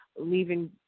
Leaving